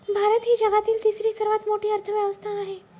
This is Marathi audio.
भारत ही जगातील तिसरी सर्वात मोठी अर्थव्यवस्था आहे